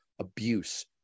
abuse